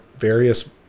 various